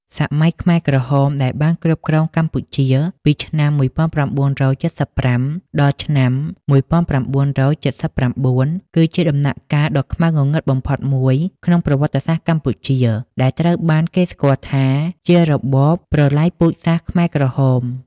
សម័យខ្មែរក្រហម ដែលបានគ្រប់គ្រងកម្ពុជាពីឆ្នាំ១៩៧៥ ដល់ឆ្នាំ១៩៧៩ គឺជាដំណាក់កាលដ៏ខ្មៅងងឹតបំផុតមួយក្នុងប្រវត្តិសាស្ត្រកម្ពុជាដែលត្រូវបានគេស្គាល់ថាជា របបប្រល័យពូជសាសន៍ខ្មែរក្រហម។